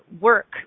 work